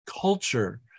culture